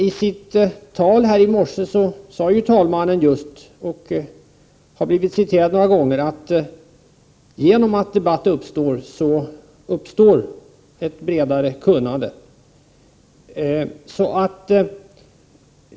I sitt tal här i morse sade talmannen — och det har citerats några gånger — att genom att debatt uppstår utvecklas ett bredare kunnande.